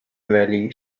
valley